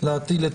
להטיל את